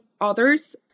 others